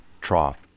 trough